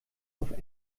auf